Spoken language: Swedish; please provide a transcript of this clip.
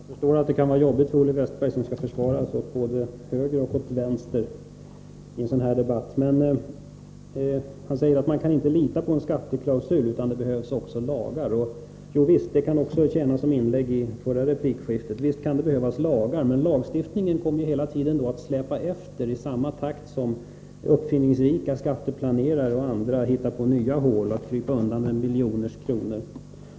Herr talman! Jag förstår att det kan vara jobbigt för Olle Westberg, som skall försvara sig åt både höger och vänster i den här debatten. Olle Westberg säger att man inte kan lita på en skatteklausul utan att det också behövs lagar. Jo visst, det kan tjäna som ett inlägg i det förra replikskiftet också. Visst kan det behövas lagar, men lagstiftningen kommer ju hela tiden att släpa efter jämfört med de uppfinningsrika skatteplanerare och andra som hittar på nya hål för att krypa undan med miljoner.